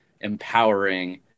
empowering